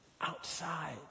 outside